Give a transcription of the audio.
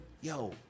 yo